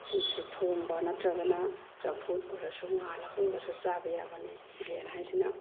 ꯃꯁꯤ ꯊꯣꯡꯕ ꯅꯠꯇ꯭ꯔꯒꯅ ꯆꯝꯐꯨꯠ ꯑꯣꯏꯔꯁꯨ ꯉꯥꯜꯂꯒ ꯑꯣꯏꯔꯁꯨ ꯆꯥꯕ ꯌꯥꯕꯅꯤ ꯃꯥꯏꯔꯦꯟ ꯍꯥꯏꯁꯤꯅ